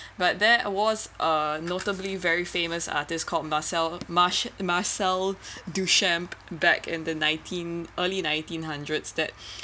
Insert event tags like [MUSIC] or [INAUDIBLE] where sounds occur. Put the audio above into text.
but there was a notably very famous artist called marcel marsh marcel duchamp back in the nineteen early nineteen hundreds that [BREATH]